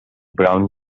brown